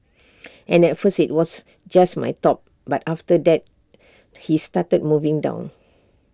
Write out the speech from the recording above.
and at first IT was just my top but after that he started moving down